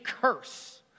curse